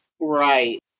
Right